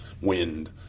wind